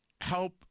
help